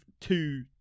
two